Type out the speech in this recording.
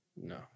No